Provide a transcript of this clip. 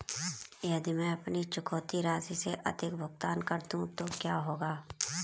यदि मैं अपनी चुकौती राशि से अधिक भुगतान कर दूं तो क्या होगा?